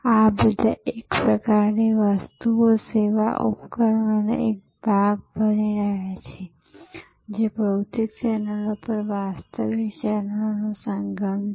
આ બધા એક પ્રકારની વસ્તુઓ સેવા ઉપકરણનો એક ભાગ બની રહ્યા છે જે ભૌતિક ચેનલો અને વાસ્તવિક ચેનલોનો સંગમ છે